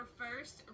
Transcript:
first